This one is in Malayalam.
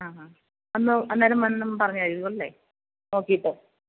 അഹ് അന്നേരം വന്ന് പറഞ്ഞ് തരുമല്ലേ നോക്കിയിട്ട്